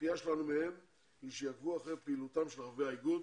הציפייה שלנו מהם היא שיעקבו אחרי פעילותם של חברי האיגוד